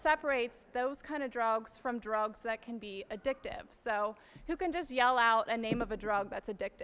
separates those kind of drugs from drugs that can be addictive so you can just yell out a name of a drug